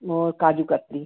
और काजू कतली